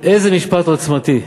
איזה משפט עוצמתי.